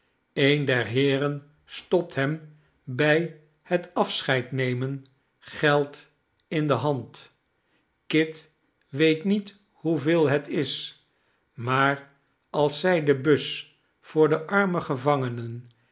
lucht eender heeren stopt hem bij het afscheidnemen geld in de hand kit weet niet hoeveel hetis maar als zij de bus voor de arme gevangenen